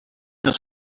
this